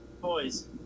boys